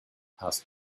asked